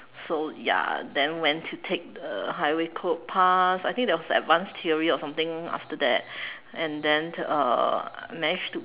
so ya then went to take the highway code pass I think there was advanced theory or something after that and then uh managed to